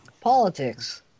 Politics